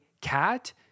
cat